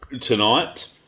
tonight